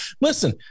Listen